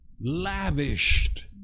lavished